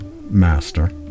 master